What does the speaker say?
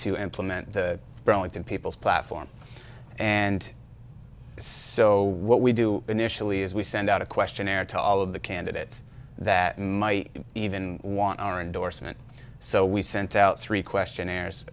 to implement the burlington people's platform and so what we do initially is we send out a questionnaire to all of the candidates that might even want our endorsement so we sent out three questionnaires